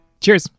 Cheers